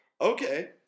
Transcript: Okay